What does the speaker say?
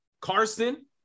Carson